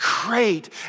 great